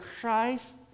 Christ